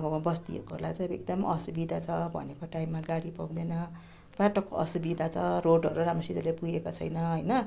अब बस्तीकोहरूलाई चाहिँ अब एकदम असुविधा छ भनेको टाइममा गाडी पाउँदैन बाटोको असुविधा छ रोडहरू राम्रोसितले पुगेको छैन होइन